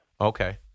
Okay